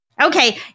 Okay